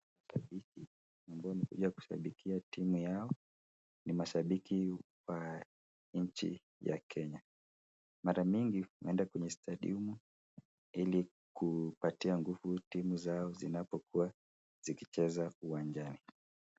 Mashabiki ambao wamekuja kushabikia timu yao, ni mashabiki wa nchi ya Kenya . Mara mingi wanaenda kwenye stadiamu ili kupatia nguvu timu zao zinapokuwa zikicheza uwanjani.